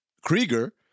Krieger